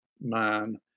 man